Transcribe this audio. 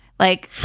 like,